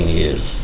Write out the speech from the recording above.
years